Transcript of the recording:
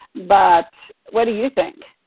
but, what do you think?